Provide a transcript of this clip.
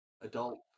adult